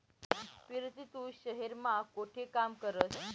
पिरती तू शहेर मा कोठे काम करस?